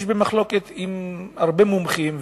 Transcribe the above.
היא במחלוקת בין הרבה מומחים,